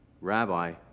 Rabbi